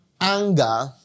anger